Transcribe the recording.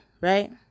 right